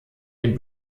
den